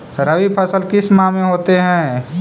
रवि फसल किस माह में होते हैं?